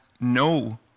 no